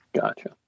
gotcha